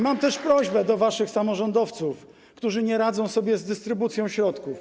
Mam też prośbę do waszych samorządowców, którzy nie radzą sobie z dystrybucją środków.